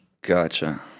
Gotcha